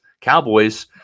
Cowboys